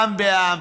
גם כעם,